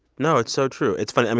no, it's so true. it's funny.